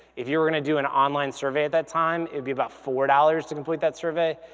if you were gonna do an online survey at that time, it'd be about four dollars to complete that survey.